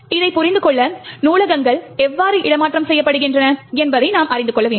இதைப் புரிந்து கொள்ள நூலகங்கள் எவ்வாறு இடமாற்றம் செய்யப்படுகின்றன என்பதை நாம் அறிந்து கொள்ள வேண்டும்